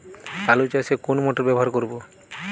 আলু চাষে কোন মোটর ব্যবহার করব?